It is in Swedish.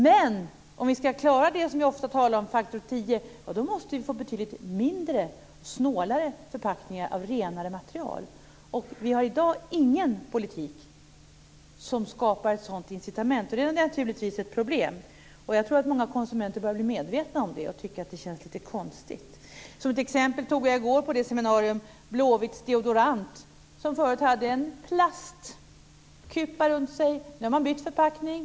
För att klara faktor 10, som vi ofta talar om, måste vi få betydligt mindre, snålare, förpackningar av renare material. Men vi har i dag ingen politik som skapar ett sådant incitament. Detta är naturligtvis ett problem. Jag tror att många konsumenter börjar bli medvetna om det och tycker att det känns lite konstigt. På seminariet i går exemplifierade jag med Blåvitts deodorant som förut fanns i en plastkupa. Nu har man bytt förpackning.